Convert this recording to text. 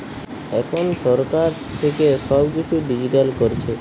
এখন সরকার থেকে সব কিছু ডিজিটাল করছে